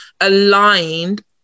aligned